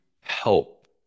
help